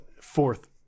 fourth